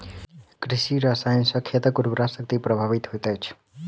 कृषि रसायन सॅ खेतक उर्वरा शक्ति प्रभावित होइत अछि